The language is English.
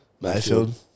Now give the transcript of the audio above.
Mayfield